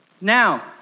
Now